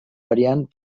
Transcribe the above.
variant